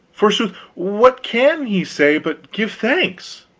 forsooth what can he say but give thanks?